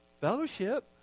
fellowship